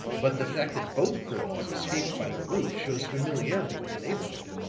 but the fact that both criminals escaped by the roof shows familiarity with the neighborhood,